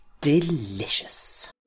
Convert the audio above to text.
delicious